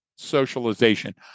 socialization